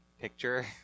picture